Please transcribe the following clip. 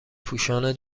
پوشان